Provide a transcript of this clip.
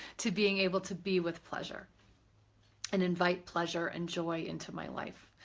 to being able to be with pleasure and invite pleasure and joy into my life.